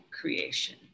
creation